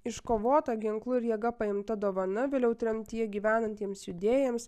iškovotą ginklu ir jėga paimta dovana vėliau tremtyje gyvenantiems judėjams